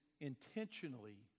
intentionally